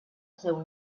seu